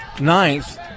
ninth